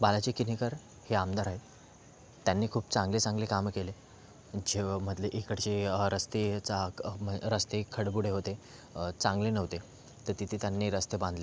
बालाजी किनीकर हे आमदार आहे त्यांनी खूप चांगले चांगले कामं केले ज्यो मधले इकडचे रस्ते चाक रस्ते खडबुडे होते चांगले नव्हते तर तिथे त्यांनी रस्ते बांधले